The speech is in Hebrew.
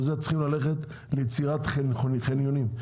וזה צריך ליצירת חניונים,